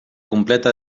completa